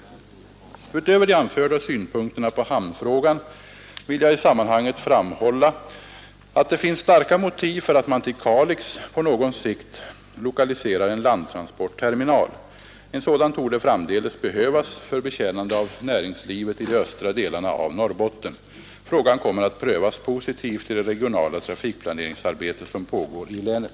Utöver de anförda synpunkterna på hamnfrågan vill jag i sammanhanget framhålla, att det finns starka motiv för att man till Kalix på någon sikt lokaliserar en landtransportterminal. En sådan torde framdeles behövas för betjänande av näringslivet i de östra delarna av Norrbotten. Frågan kommer att prövas positivt i det regionala trafikplaneringsarbete som pågår i länet.